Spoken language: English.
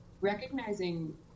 recognizing